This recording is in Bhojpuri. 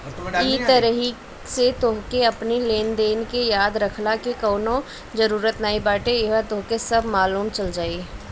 इ तरही से तोहके अपनी लेनदेन के याद रखला के कवनो जरुरत नाइ बाटे इहवा तोहके सब मालुम चल जाई